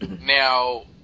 Now